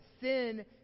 sin